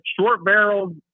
short-barreled